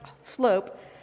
slope